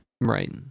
Right